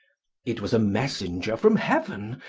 it was a messenger from heaven,